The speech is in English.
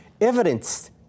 Evidence